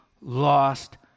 lost